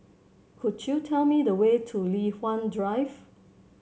could you tell me the way to Li Hwan Drive